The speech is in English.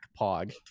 Pog